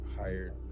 hired